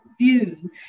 view